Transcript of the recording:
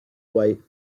way